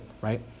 right